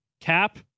cap